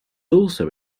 also